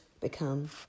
become